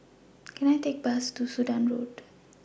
Can I Take A Bus to Sudan Road